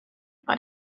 but